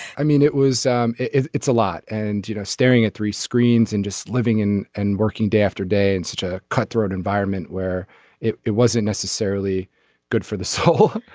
i mean it was um it's a lot. and you know staring at three screens and just living in and working day after day in such a cutthroat environment where it it wasn't necessarily good for the soul.